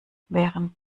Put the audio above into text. während